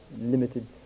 limited